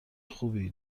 خوبی